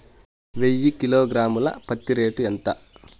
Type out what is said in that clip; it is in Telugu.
వెయ్యి కిలోగ్రాము ల పత్తి రేటు ఎంత?